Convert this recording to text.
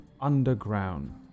underground